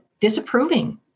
disapproving